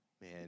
Man